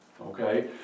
Okay